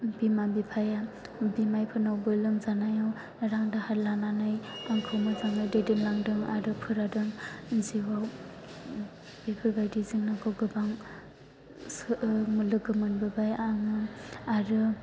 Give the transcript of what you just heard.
बिमा बिफाया बिमायफोरनावबो लोमजानायाव रां दाहार लानानै आंखौ मोजाङै दैदेनलांदों आरो फोरोंदों जिउआव बेफोरबायदि जेंनाखौ गोबां लोगो मोनबोबाय आङो आरो